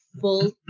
full